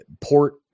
port